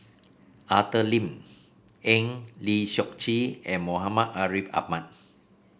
Arthur Lim Eng Lee Seok Chee and Muhammad Ariff Ahmad